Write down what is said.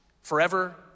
forever